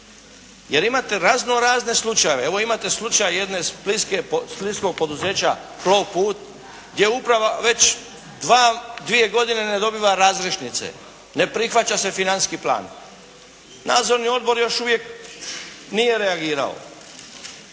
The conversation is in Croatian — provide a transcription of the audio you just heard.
Jer imate razno-razne slučajeve. Evo imate slučaj jednog splitskog poduzeća "Plovput" gdje uprava već dvije godine ne dobiva razrješnice, ne prihvaća se financijski plan. Nadzorni odbor još uvijek nije reagirao,